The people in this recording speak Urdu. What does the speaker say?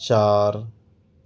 چار